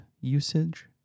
usage